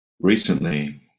recently